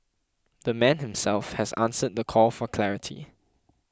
the man himself has answered the call for clarity